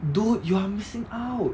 dude you're missing out